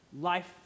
life